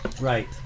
Right